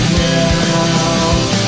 now